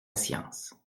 science